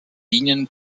linien